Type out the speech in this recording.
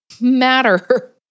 matter